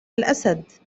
الأسد